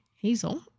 Hazel